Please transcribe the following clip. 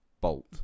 bolt